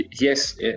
yes